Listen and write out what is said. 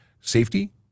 safety